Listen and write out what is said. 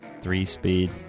three-speed